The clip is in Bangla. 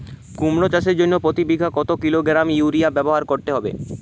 কুমড়ো চাষের জন্য প্রতি বিঘা কত কিলোগ্রাম ইউরিয়া ব্যবহার করতে হবে?